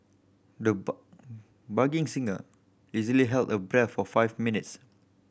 the budding singer easily held her breath for five minutes